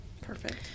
Perfect